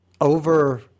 over